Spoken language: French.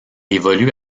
évolue